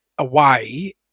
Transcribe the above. Away